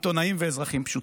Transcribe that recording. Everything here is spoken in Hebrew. עיתונאים ואזרחים פשוטים".